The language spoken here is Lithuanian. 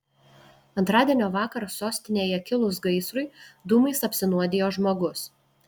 antradienio vakarą sostinėje kilus gaisrui dūmais apsinuodijo žmogus